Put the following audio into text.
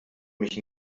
mich